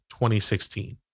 2016